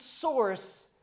source